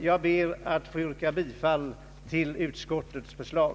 Jag ber att få yrka bifall till utskottets förslag.